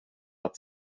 att